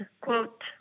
quote